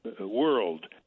world